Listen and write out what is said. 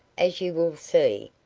as you will see,